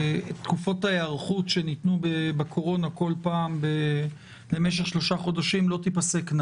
ההיערכות שנתנו בקורונה כל פעם למשך שלושה חודשים לא תיפסקנה